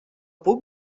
puc